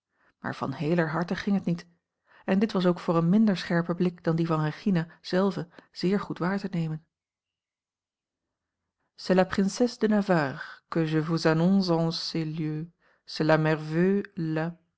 van heeler harte ging het niet en dit was ook voor een minder scherpen blik dan die van regina zelve zeer goed waar te nemen